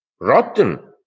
rotten